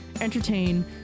entertain